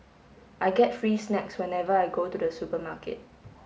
I get free snacks whenever I go to the supermarket